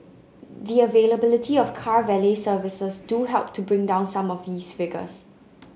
the availability of car valet services do help to bring down some of these figures